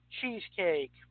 Cheesecake